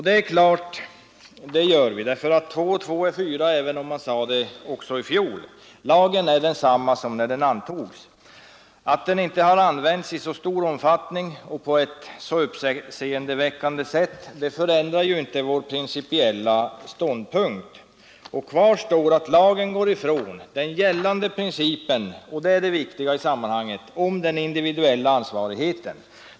Det är klart att vi gör det. Två plus två är fyra även om en del sades också i fjol. Lagen är densamma som när den antogs. Att den inte har använts i särskilt stor omfattning eller på ett uppseendeväckande sätt förändrar inte vår principiella ståndpunkt. Kvar står att lagen går ifrån 31 den gällande principen — och det är det viktiga i sammanhanget — om den individuella ansvarigheten.